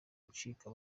gucika